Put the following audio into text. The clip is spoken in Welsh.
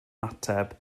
ateb